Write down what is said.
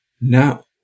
now